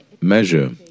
measure